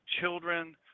children